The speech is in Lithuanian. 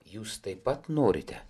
jūs taip pat norite